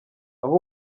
aho